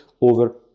over